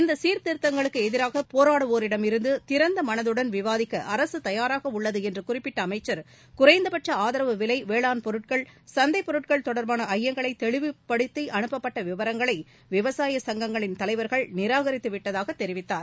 இந்த சீர்திருத்தங்களுக்கு எதிராக போராடுவோரிடம் திறந்த மனதுடன் விவாதிக்க அரசு தயாராக உள்ளது என்று குறிப்பிட்ட அமைச்சர் குறைந்தபட்ச ஆதரவு விலை வேளாண் பொருட்கள் சந்தைப் பொருட்கள் தொடர்பான ஐயங்களை தெளிவுபடுத்தி அனுப்பப்பட்ட விவரங்களை விவசாய சங்கங்களின் தலைவர்கள் நிராகரித்து விட்டதாகத் தெரிவித்தார்